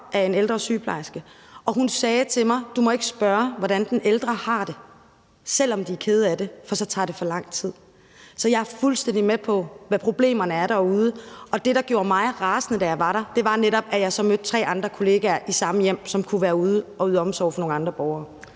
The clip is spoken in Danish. af en ældre sygeplejerske, og hun sagde til mig: Du må ikke spørge, hvordan de ældre har det, selv om de er kede af det, for så tager det for lang tid. Så jeg er fuldstændig med på, hvad problemerne er derude, og det, der gjorde mig rasende, da jeg var der, var netop, at jeg så mødte tre andre kollegaer i samme hjem, som kunne være ude at yde omsorg for nogle andre borgere.